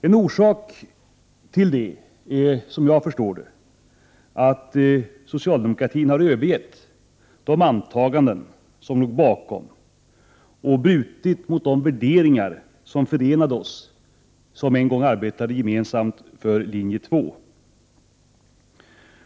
En orsak är att socialdemokratin, som jag förstår det, har övergett de antaganden som låg bakom linje 2 och brutit mot de värderingar som förenade oss som en gång arbetade gemensamt för linje 2.